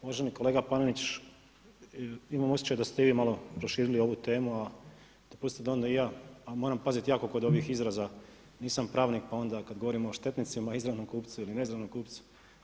Uvaženi kolega Panenić, imam osjećaj da ste vi malo proširili ovu temu, a dopustite da onda i ja, a moram paziti jako kod ovih izraza, nisam pravnik pa onda kad govorim o štetnicima, izravnom kupcu ili neizravnom kupcu.